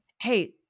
Hey